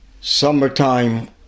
summertime